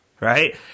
right